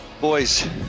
boys